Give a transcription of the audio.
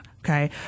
okay